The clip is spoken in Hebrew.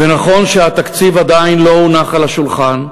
ונכון שהתקציב עדיין לא הונח על השולחן.